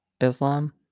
Islam